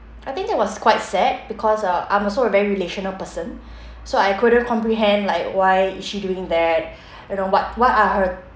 I think that was quite sad because uh I'm also a very relational person so I couldn't comprehend like why is she doing that you know what what are her